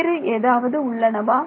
வேறு ஏதாவது உள்ளனவா